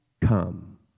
come